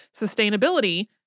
sustainability